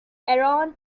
aaron